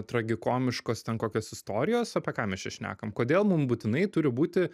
tragikomiškos ten kokios istorijos apie ką mes čia šnekam kodėl mum būtinai turi būti